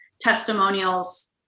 testimonials